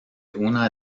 una